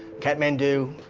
kathmandu.